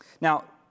Now